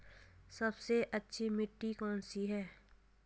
सबसे अच्छी मिट्टी कौन सी है?